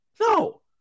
No